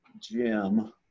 Jim